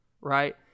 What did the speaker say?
right